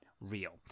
real